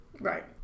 Right